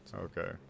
Okay